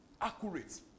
accurate